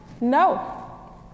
No